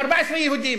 יהודים, 14 יהודים.